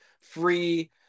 free